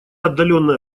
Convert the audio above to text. отдаленное